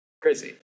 crazy